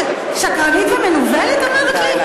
שקרנית ובוגדת.